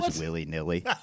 willy-nilly